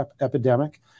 epidemic